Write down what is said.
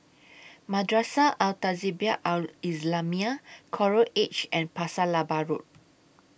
Madrasah Al Tahzibiah Al Islamiah Coral Edge and Pasir Laba Road